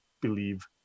believe